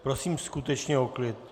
Prosím skutečně o klid.